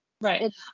Right